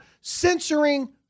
censoring